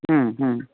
हम्म हम्म